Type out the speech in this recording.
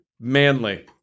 Manly